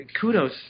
kudos